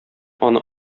аны